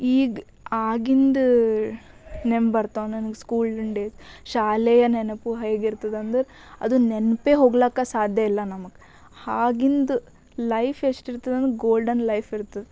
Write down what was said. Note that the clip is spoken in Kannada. ಈಗ ಆಗಿಂದು ನೆಂಬರ್ತಾವ ನನ್ಗೆ ಸ್ಕೂಲಿನ ಡೇ ಶಾಲೆಯ ನೆನಪು ಹೇಗಿರ್ತದಂದ್ರೆ ಅದು ನೆನಪೆ ಹೋಗ್ಲಕ ಸಾಧ್ಯ ಇಲ್ಲ ನಮಗೆ ಆಗಿಂದ್ ಲೈಫ್ ಎಷ್ಟಿರ್ತದಂದು ಗೋಲ್ಡನ್ ಲೈಫ್ ಇರ್ತದೆ